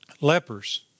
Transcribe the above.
lepers